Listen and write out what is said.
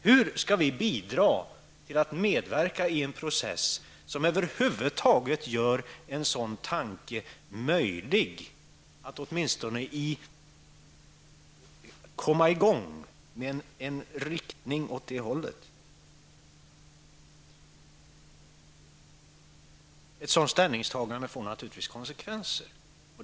Hur skall vi kunna medverka i en process som över huvud taget gör att en sådan tanke blir möjlig, gör att vi åtminstone kan komma i gång med en utveckling i den riktningen? Ett sådant ställningstagande får givetvis konsekvenser.